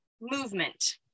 Movement